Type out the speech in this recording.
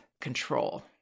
control